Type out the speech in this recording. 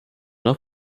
nach